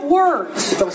words